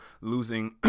losing